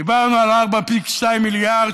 דיברנו על 4.2 מיליארד,